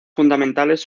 fundamentales